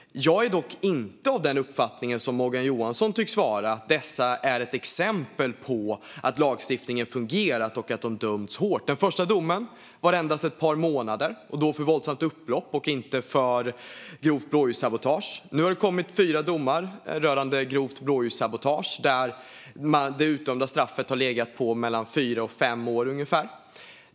Jag är dock inte av den uppfattningen som Morgan Johansson tycks vara att dessa är ett exempel på att lagstiftningen fungerat och att de dömts hårt. Den första domen var endast på ett par månader, och då för våldsamt upplopp och inte för grovt blåljussabotage. Nu har det kommit fyra domar rörande grovt blåljussabotage där det utdömda straffet har legat på mellan fyra och fem år ungefär.